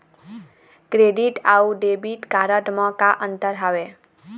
Credit अऊ debit card म का अंतर हावे?